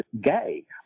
gay